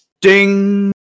Ding